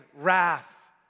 wrath